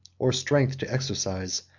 or strength to exercise,